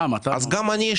אז גם אני,